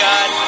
God